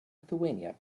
lithuania